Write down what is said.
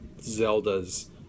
Zelda's